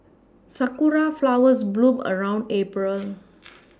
sakura flowers bloom around April